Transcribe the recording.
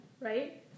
right